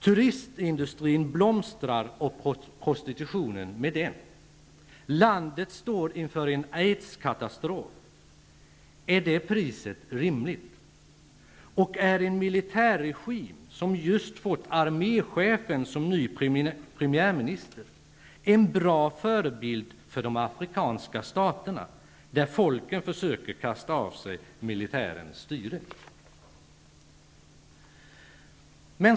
Turistindustrin blomstrar och prostitutionen med den. Landet står inför en aidskatastrof. Är det priset rimligt? Och är en militärregim, som just fått arméchefen som ny premiärminister, en bra förebild för de afrikanska staterna, där folken försöker kasta av sig militärens styre?